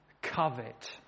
Covet